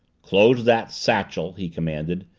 close that satchel, he commanded,